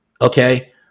okay